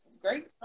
Great